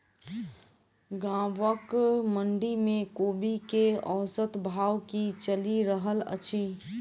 गाँवक मंडी मे कोबी केँ औसत भाव की चलि रहल अछि?